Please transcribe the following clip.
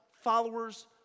followers